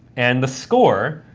and the score,